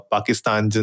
Pakistan